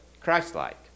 Christ-like